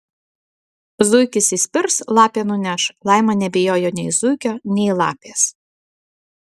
zuikis įspirs lapė nuneš laima nebijojo nei zuikio nei lapės